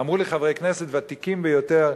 אמרו לי חברי כנסת ותיקים ביותר,